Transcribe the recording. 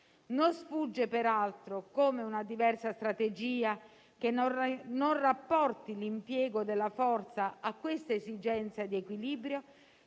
Non sfugge peraltro come una diversa strategia, che non rapporti l'impiego della forza a questa esigenza di equilibrio,